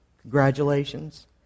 Congratulations